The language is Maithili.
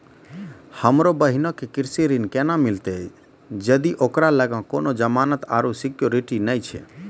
हमरो बहिनो के कृषि ऋण केना मिलतै जदि ओकरा लगां कोनो जमानत आरु सिक्योरिटी नै छै?